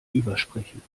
übersprechen